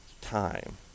time